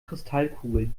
kristallkugel